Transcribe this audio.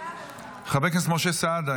חבר הכנסת משה סעדה,